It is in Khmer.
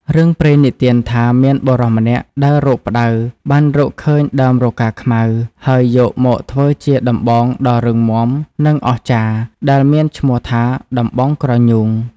រឿងព្រេងនិទានថា មានបុរសម្នាក់ដើររកផ្តៅបានរកឃើញដើមរកាខ្មៅ ហើយយកមកធ្វើជាដំបងដ៏រឹងមាំនិងអស្ចារ្យ ដែលមានឈ្មោះថា "ដំបងក្រញូង" ។